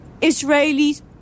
israelis